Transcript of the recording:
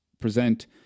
present